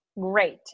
great